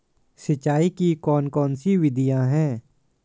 सिंचाई की कौन कौन सी विधियां हैं?